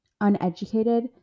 uneducated